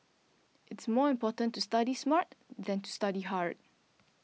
it is more important to study smart than to study hard